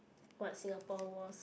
what Singapore was